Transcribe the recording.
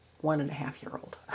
one-and-a-half-year-old